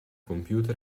computer